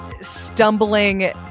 stumbling